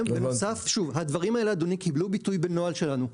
והדברים האלה קיבלו ביטוי בנוהל שלנו.